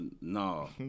No